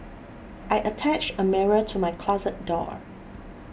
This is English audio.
I attached a mirror to my closet door